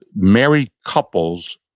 married couples,